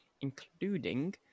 including